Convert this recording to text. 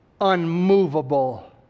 unmovable